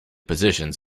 positions